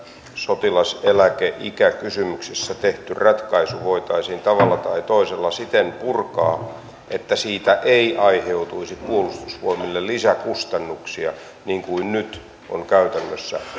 sotilaseläkeikäkysymyksessä tehty ratkaisu voitaisiin tavalla tai toisella siten purkaa että siitä ei aiheutuisi puolustusvoimille lisäkustannuksia niin kuin nyt on käytännössä